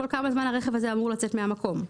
כל כמה זמן הרכב הזה אמור לצאת מן המקום.